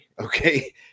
Okay